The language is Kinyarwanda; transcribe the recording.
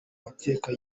mateka